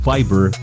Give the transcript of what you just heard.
Fiber